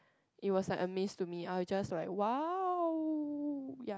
it was like a maze to me I was just like !wow! ya